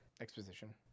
Exposition